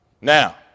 Now